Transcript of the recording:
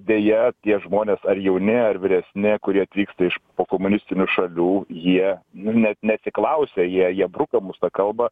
deja tie žmonės ar jauni ar vyresni kurie atvyksta iš pokomunistinių šalių jie net neatsiklausę jie jie bruka mums tą kalbą